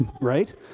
right